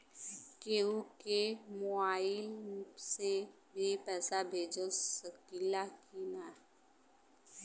केहू के मोवाईल से भी पैसा भेज सकीला की ना?